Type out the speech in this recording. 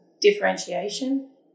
differentiation